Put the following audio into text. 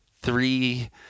three